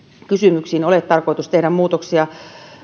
kysymyksiin ole tarkoitus tehdä muutoksia